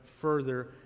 further